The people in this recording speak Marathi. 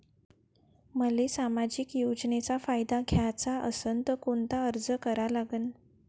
मले सामाजिक योजनेचा फायदा घ्याचा असन त कोनता अर्ज करा लागन?